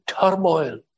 turmoil